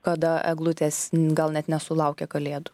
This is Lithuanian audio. kada eglutės gal net nesulaukia kalėdų